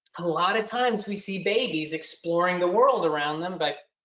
a lot of times we see babies exploring the world around them, by